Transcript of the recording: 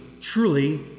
truly